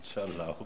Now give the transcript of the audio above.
אינשאללה.